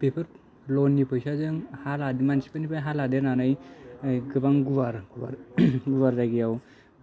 बेफोर लननि फैसाजों हा लादोंमोन मानसिफोरनिफ्राय हा लादेरनानै गोबां गुवार गुवार गुवार जायगायाव